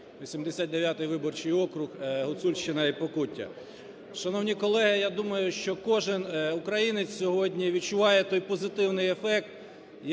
89 виборчий округ, Гуцульщина і Покуття. Шановні колеги, я думаю, що кожен українець сьогодні відчуває той позитивний ефект,